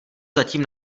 zatím